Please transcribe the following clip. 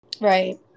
right